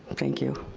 thank you.